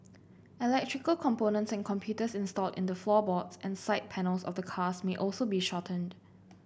electrical components and computers installed in the floorboards and side panels of the cars may also be shorted